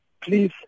please